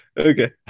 Okay